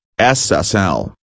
SSL